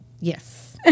Yes